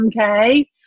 okay